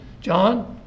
John